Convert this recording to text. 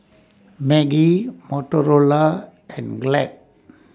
Maggi Motorola and Glad